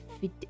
fit